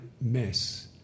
mess